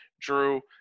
drew